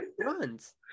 Runs